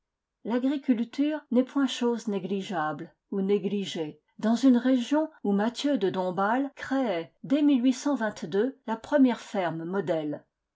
l'agriculture n'est point chose négligeable ou négligée dans une région où mathieu de doinbasle créait dès la première ferme modèle